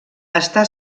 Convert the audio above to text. està